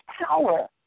power